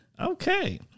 Okay